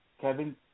Kevin